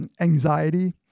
anxiety